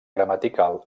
gramatical